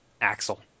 Axel